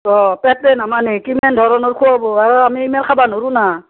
অ' পেটে নামানে কিমান ধৰণৰ খোৱা বোৱা ও আমি ইমান খাব নোৱাৰো ন